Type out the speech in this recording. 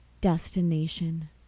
destination